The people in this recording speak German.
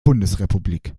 bundesrepublik